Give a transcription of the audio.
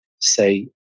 say